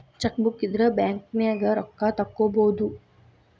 chequebook ಇದ್ರ ಬ್ಯಾಂಕ್ನ್ಯಾಗ ರೊಕ್ಕಾ ತೊಕ್ಕೋಬಹುದು